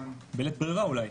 בלית ברירה אולי,